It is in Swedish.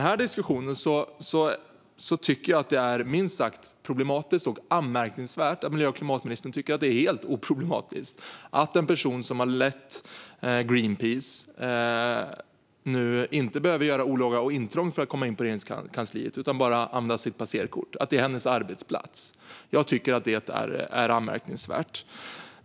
Jag tycker att det är minst sagt problematiskt att miljö och klimatmi-nistern tycker att det är helt oproblematiskt att en person som har lett Greenpeace nu inte behöver göra olaga intrång för att komma in på Regeringskansliet utan bara använda sitt passerkort, att det är hennes arbetsplats. Jag tycker att det är anmärkningsvärt.